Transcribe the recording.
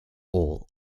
all